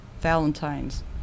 Valentine's